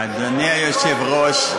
אדוני היושב-ראש,